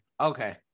Okay